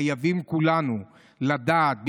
חייבים כולנו לדעת,